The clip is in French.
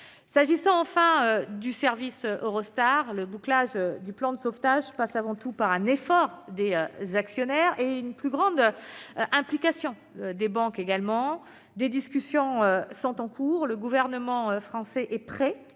S'agissant, enfin, du service Eurostar, le bouclage du plan de sauvetage passe avant tout par un effort des actionnaires et une plus grande implication des banques. Les discussions sont en cours. Le gouvernement français est prêt,